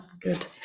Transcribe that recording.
good